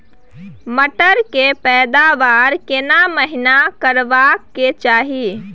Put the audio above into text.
मटर के पैदावार केना महिना करबा के चाही?